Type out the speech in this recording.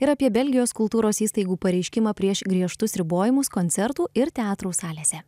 ir apie belgijos kultūros įstaigų pareiškimą prieš griežtus ribojimus koncertų ir teatrų salėse